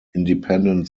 independent